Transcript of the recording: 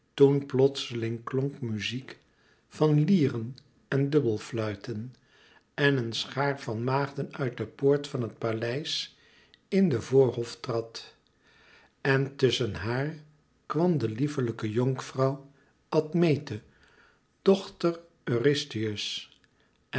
plotseling klonk muziek van lieren en dubbelfluiten en een schaar van maagden uit de poort van het paleis in den voorhof trad en tusschen haar kwam de lieflijke jonkvrouw admete dochter